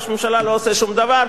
ראש הממשלה לא עושה שום דבר,